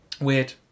Weird